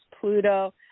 Pluto